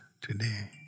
today